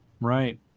Right